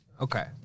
Okay